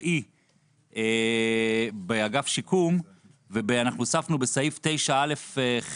ראי באגף שיקום ואנחנו הוספנו בסעיף 9א(ח),